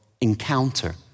encounter